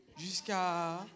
Jusqu'à